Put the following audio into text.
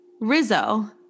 Rizzo